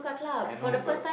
I know but